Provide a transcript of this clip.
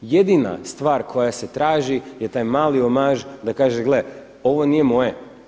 Jedina stvar koja se traži je taj mali omaž da kaže gle, ovo nije moje.